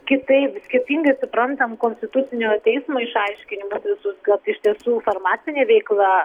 kitaip skirtingai suprantam konstitucinio teismo išaiškinimus visus ga iš tiesų farmacinė veikla